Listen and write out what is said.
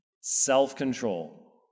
self-control